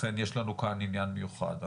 לכן יש לנו כאן עניין מיוחד.